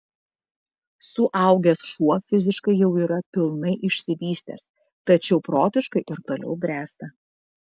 suaugęs šuo fiziškai jau yra pilnai išsivystęs tačiau protiškai ir toliau bręsta